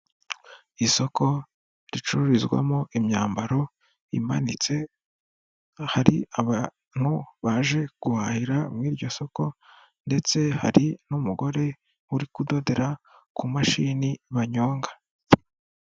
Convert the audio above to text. Isoko ricururizwamo imyambaro imanitse, hari abantu baje guhahira muri iryo soko ndetse hari n'umugore uri kudodera ku mashini banyonga.